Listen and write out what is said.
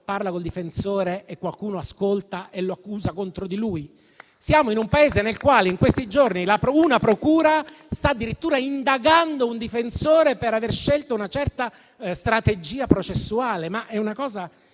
parla col difensore e qualcuno ascolta? Siamo in un Paese nel quale in questi giorni una procura sta addirittura indagando un difensore per aver scelto una certa strategia processuale. È una cosa